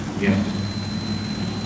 Yes